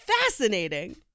fascinating